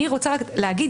אני רוצה לומר,